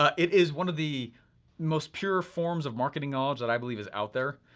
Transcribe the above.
ah it is one of the most pure forms of marketing knowledge that i believe is out there.